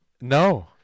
No